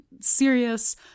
serious